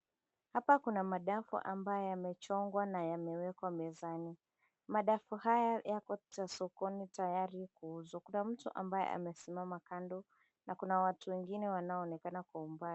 Hapa kuna madafu ambayo yamechongwa na yamewekwa. Mezani madafu haya yako sokoni tayari kuuzwa. Kuna mtu ambaye amesimama kando na kuna watu wengine wanaoonekana kwa umbali.